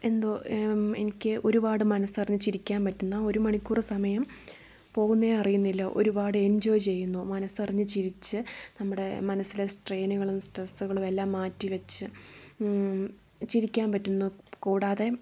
എന്തോ എനിക്ക് ഒരുപാട് മനസ്സറിഞ്ഞ് ചിരിക്കാൻ പറ്റുന്നു ഒരു മണിക്കൂറ് സമയം പോകുന്നതേ അറിയുന്നില്ല ഒരുപാട് എൻജോയ് ചെയ്യുന്നു മനസ്സറിഞ്ഞ് ചിരിച്ച് നമ്മുടെ മനസ്സിലെ സ്ട്രെയിനുകളും സ്ട്രെസ്സുകളും എല്ലാം മാറ്റി വെച്ച് ചിരിക്കാൻ പറ്റുന്നു കൂടാതെ